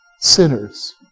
sinners